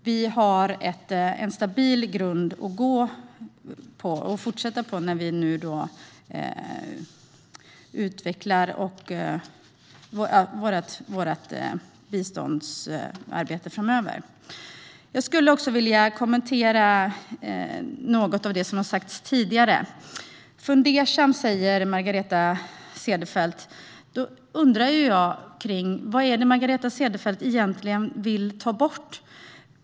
Vi har en stabil grund att fortsätta från när vi utvecklar vårt biståndsarbete framöver. Jag skulle också vilja kommentera något av det som har sagts tidigare. Fundersam, säger Margareta Cederfelt. Då undrar jag vad det egentligen är som Margareta Cederfelt vill ta bort.